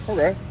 Okay